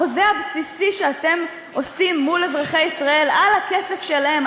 החוזה הבסיסי שאתם עושים מול אזרחי ישראל על הכסף שלהם,